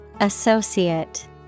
Associate